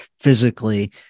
physically